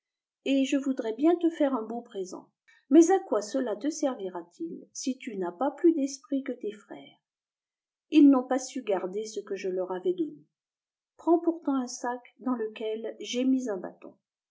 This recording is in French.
et je voudrais bien te faire un beau présent mais à quoi cela te servira-t-il si tu n'as pas plus d'esprit que tes frères ils n'ont pas su garder ce que je leur avais donné prends pourtant un sac dans lequel j'ai mis un bâton